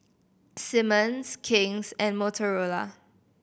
Simmons King's and Motorola